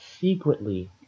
secretly